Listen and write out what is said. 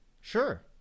Sure